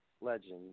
legend